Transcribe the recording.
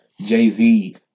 Jay-Z